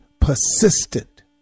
persistent